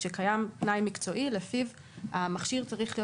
כשקיים תנאי מקצועי לפיו המכשיר צריך להיות